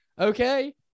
okay